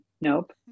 nope